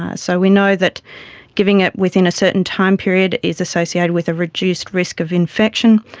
ah so we know that giving it within a certain time period is associated with a reduced risk of infection,